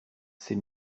ces